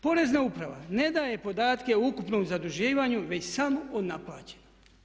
Porezna uprava ne daje podatke o ukupnom zaduživanju već samo o naplaćenom.